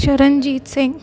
Sharanjit Singh